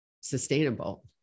sustainable